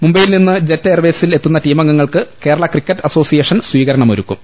മുംബൈയിൽ നിന്ന് ജെറ്റ് എയർവേസിൽ എത്തുന്ന ടീമം ഗങ്ങൾക്ക് കേരള ക്രിക്കറ്റ് അസോസിയേഷൻ സ്വീകരണമൊരു ക്കും